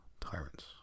tyrants